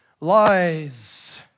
lies